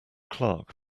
clark